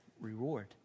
reward